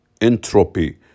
Entropy